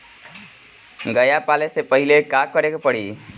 गया पाले से पहिले का करे के पारी?